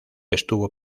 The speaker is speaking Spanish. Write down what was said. estuvo